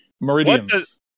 Meridians